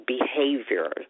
behavior